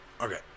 okay